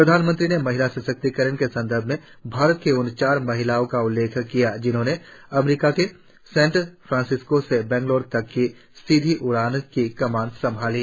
प्रधानमंत्री ने महिला सशक्तीकरण के संदर्भ में भारत की उन चार महिलाओं का उल्लेख किया जिन्होंने अमरीका के सेन फ्रांसस्किों से बेंगल्रू तक की सीधी उडान की कमान संभाली